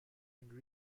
and